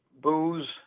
booze